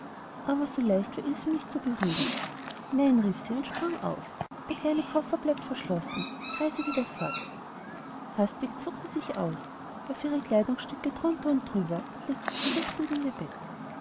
aber so leicht war ilse nicht zu beruhigen nein rief sie und sprang auf der kleine koffer bleibt verschlossen ich reise wieder fort hastig zog sie sich aus warf ihre kleidungsstücke drunter und drüber und legte sich schluchzend in ihr bett